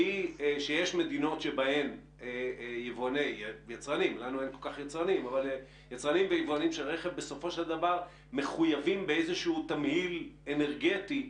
שיש מדינות שבהן יבואנים של רכב מחויבים באיזשהו תמהיל אנרגטי,